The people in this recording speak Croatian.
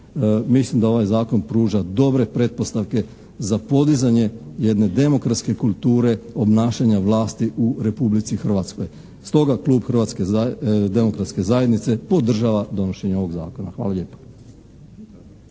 Mislim da ovaj zakon pruža dobre pretpostavke za podizanje jedne demokratske kulture obnašanja vlasti u Republici Hrvatskoj. Stoga Klub Hrvatske demokratske zajednice podržava donošenje ovog zakona. Hvala lijepo.